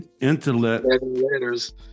intellect